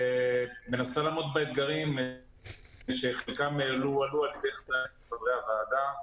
ומנסה לעמוד באתגרים שחלקם עלו על ידי חברי הכנסת חברי הוועדה.